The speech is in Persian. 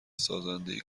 سازنده